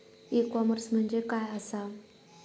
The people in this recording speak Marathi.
ई कॉमर्स म्हणजे काय असा?